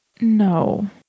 No